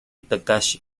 takahashi